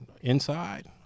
inside